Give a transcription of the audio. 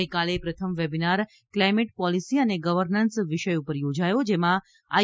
ગઇકાલે પ્રથમ webinar climate policy અને ગવર્નન્સના વિષય પર યોજાયો જેમાં આઈ